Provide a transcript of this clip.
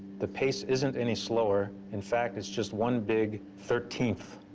the pace isn't any slower! in fact it's just one big thirteenth.